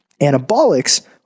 Anabolics